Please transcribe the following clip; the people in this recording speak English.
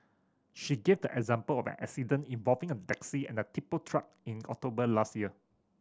she gave the example of an accident involving a taxi and a tipper truck in October last year